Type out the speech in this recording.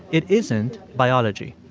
it isn't biology.